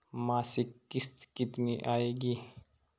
मासिक किश्त कितनी आएगी?